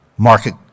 market